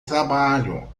trabalho